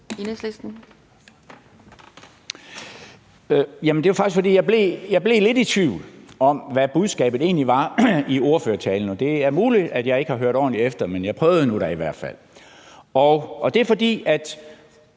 Jeg blev lidt i tvivl om, hvad budskabet egentlig var i ordførertalen, og det er muligt, at jeg ikke har hørt ordentligt efter, men jeg prøvede da i hvert fald. Ordføreren